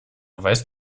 weißt